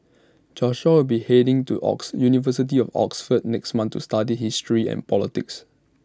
Joshua will be heading to Oxford university of Oxford next month to study history and politics